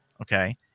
Okay